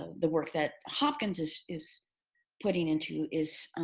the work that hopkins is is putting into is